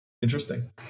Interesting